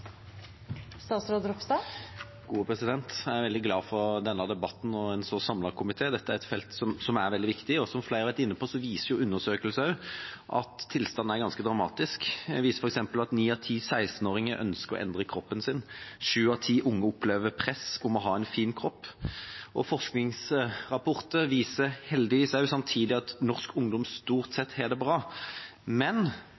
veldig glad for denne debatten og for at det er en så samlet komité. Dette er et felt som er veldig viktig, og som flere har vært inne på, viser undersøkelser at tilstanden er ganske dramatisk. De viser f.eks. at ni av ti 16-åringer ønsker å endre kroppen sin. Sju av ti unge opplever press om å ha en fin kropp. Forskningsrapporter viser heldigvis samtidig at norsk ungdom stort